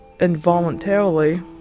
involuntarily